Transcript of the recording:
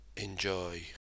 Enjoy